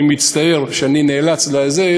אני מצטער שאני נאלץ לזה,